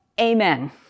amen